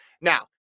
Now